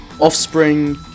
offspring